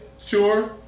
sure